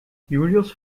julius